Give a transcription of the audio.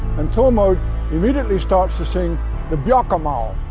and thormod immediately starts to sing the bjarkamal,